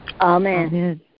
Amen